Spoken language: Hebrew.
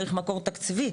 צריך מקור תקציבי.